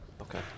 Okay